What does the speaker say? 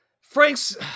Frank's